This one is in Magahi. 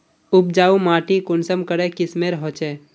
उपजाऊ माटी कुंसम करे किस्मेर होचए?